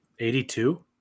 82